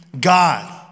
God